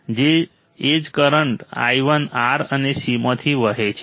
એ જ current i1 R અને C માંથી વહે છે